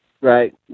Right